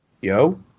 Yo